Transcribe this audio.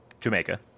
Jamaica